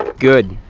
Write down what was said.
good.